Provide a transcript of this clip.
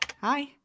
Hi